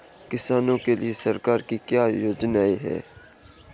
किसानों के लिए सरकार की क्या योजनाएं हैं?